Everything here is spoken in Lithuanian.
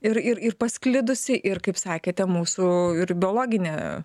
ir ir ir pasklidusi ir kaip sakėte mūsų ir biologine